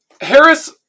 Harris